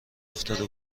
افتاده